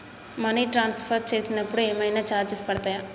Money transfer చేసినప్పుడు ఏమైనా charges పడతయా?